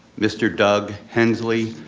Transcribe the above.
mr. doug hensley,